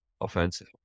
offensive